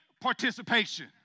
participation